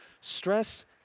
stress